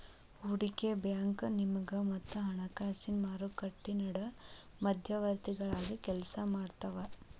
ಹೂಡಕಿ ಬ್ಯಾಂಕು ನಿಗಮ ಮತ್ತ ಹಣಕಾಸಿನ್ ಮಾರುಕಟ್ಟಿ ನಡು ಮಧ್ಯವರ್ತಿಗಳಾಗಿ ಕೆಲ್ಸಾಮಾಡ್ತಾವ